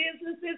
Businesses